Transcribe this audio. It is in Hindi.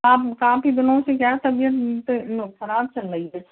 काम काफ़ी दिनों से क्या तबियत खराब चल रही है